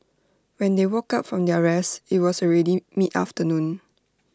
when they woke up from their rest IT was already mid afternoon